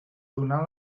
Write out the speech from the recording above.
donar